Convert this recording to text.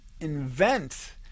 invent